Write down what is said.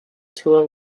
tool